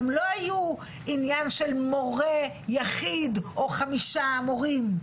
הם לא היו עניין של מורה יחיד, או חמישה מורים.